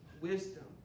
wisdom